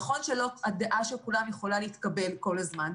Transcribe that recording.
נכון שהדעה של כולם לא יכולה להתקבל כל הזמן.